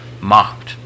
mocked